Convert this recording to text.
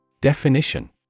Definition